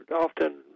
often